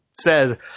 says